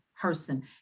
person